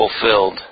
fulfilled